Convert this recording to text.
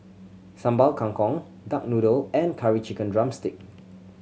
Sambal Kangkong duck noodle and Curry Chicken drumstick